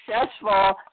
successful